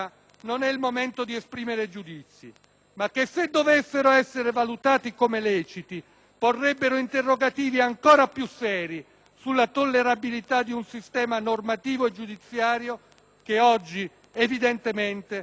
porrebbero interrogativi ancora più seri sulla tollerabilità di un sistema normativo e giudiziario che oggi, evidentemente, non è in grado di tutelare la libertà delle persone e la stessa sicurezza delle istituzioni.